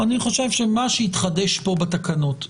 אני חושב שמה שהתחדש כאן בתקנות,